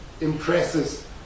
impresses